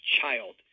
child